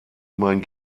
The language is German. mein